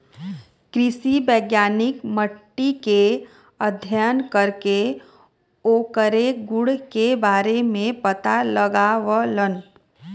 कृषि वैज्ञानिक मट्टी के अध्ययन करके ओकरे गुण के बारे में पता लगावलन